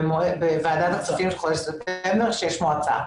בוועדת הכספים של חודש ספטמבר, כשיש מועצה.